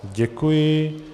Děkuji.